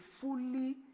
fully